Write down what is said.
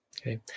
Okay